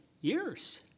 years